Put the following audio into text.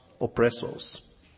oppressors